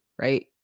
right